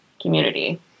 community